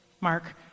Mark